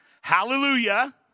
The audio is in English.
hallelujah